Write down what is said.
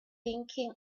thinking